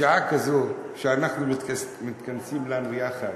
בשעה כזו, שאנחנו מתכנסים לנו יחד